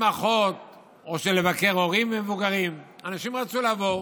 לשמחות או לבקר הורים מבוגרים, אנשים רצו לבוא,